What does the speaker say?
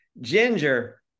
Ginger